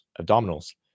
abdominals